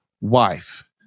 wife